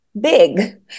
big